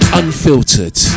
unfiltered